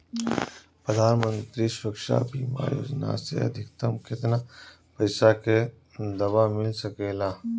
प्रधानमंत्री सुरक्षा बीमा योजना मे अधिक्तम केतना पइसा के दवा मिल सके ला?